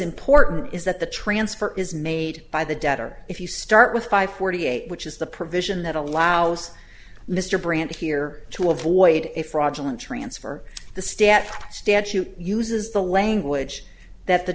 important is that the transfer is made by the debtor if you start with five forty eight which is the provision that allows mr brandt here to avoid a fraudulent transfer the stat statute uses the language that the